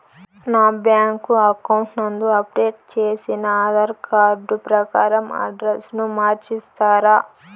నా bank account నందు update చేసిన ఆధార్ కార్డు ప్రకారం అడ్రస్ ను మార్చిస్తారా?